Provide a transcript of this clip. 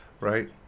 right